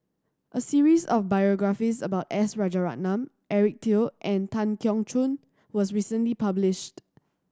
a series of biographies about S Rajaratnam Eric Teo and Tan Keong Choon was recently published